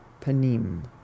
panim